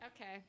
Okay